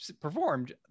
performed